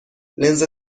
لنز